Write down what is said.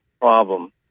problem